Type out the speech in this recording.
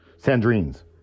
Sandrine's